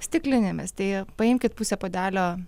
stiklinėmis tai paimkit pusę puodelio